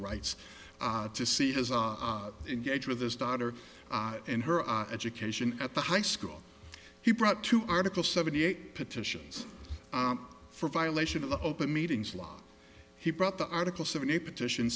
rights to see his engage with his daughter and her education at the high school he brought to article seventy eight petitions for violation of the open meetings law he brought the article seven a petition